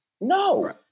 No